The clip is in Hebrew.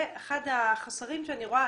זה אחד החוסרים שאני רואה.